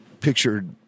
pictured